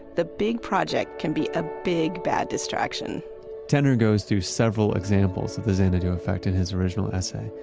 the big project can be a big, bad distraction tenner goes to several examples of the xanadu effect in his original essay,